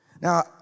Now